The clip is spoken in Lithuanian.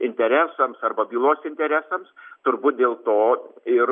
interesams arba bylos interesams turbūt dėl to ir